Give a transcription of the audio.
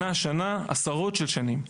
שנה-שנה, עשרות של שנים.